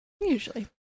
usually